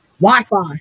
Wi-Fi